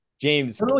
James